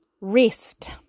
Rest